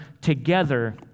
together